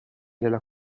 della